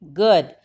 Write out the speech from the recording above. good